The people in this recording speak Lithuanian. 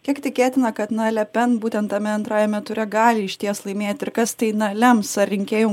kiek tikėtina kad na le pen būtent tame antrajame ture gali išties laimėti ir kas tai na lems ar rinkėjų